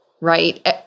right